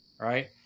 Right